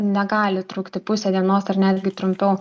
negali trukti pusę dienos ar netgi trumpiau